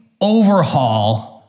overhaul